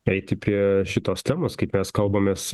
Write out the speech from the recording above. prieiti prie šitos temos kaip mes kalbamės